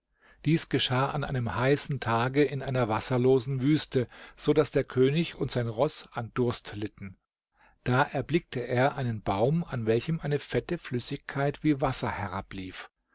dies geschah an einem heißen tage in einer wasserlosen wüste so daß der könig und sein roß an durst litten da erblickte er einen baum an welchem eine fette flüssigkeit wie wasser herablief